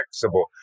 flexible